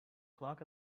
clock